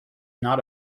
not